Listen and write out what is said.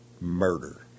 murder